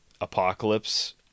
apocalypse